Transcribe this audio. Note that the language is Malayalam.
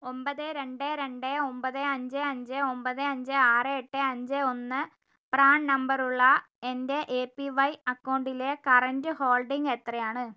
ഒൻപത് രണ്ട് രണ്ട് ഒൻപത് അഞ്ച് അഞ്ച് ഒൻപത് അഞ്ച് ആറ് എട്ട് അഞ്ച് ഒന്ന് പ്രാൺ നമ്പറുള്ള എന്റെ എ പി വൈ അക്കൗണ്ടിലെ കറന്റ് ഹോൾഡിംഗ് എത്രയാണ്